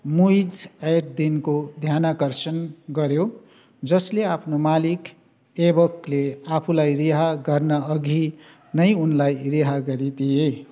मुहिज उद दिनको ध्यान आकर्षण गऱ्यो जसले आफ्नो मालिक ऐबकले आफूलाई रिहा गर्न अघि नै उनलाई रिहा गरिदिए